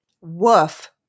Woof